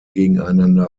gegeneinander